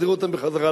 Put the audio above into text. החזיר אותם לצבא,